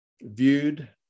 viewed